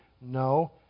No